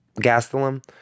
Gastelum